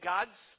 God's